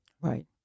Right